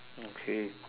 okay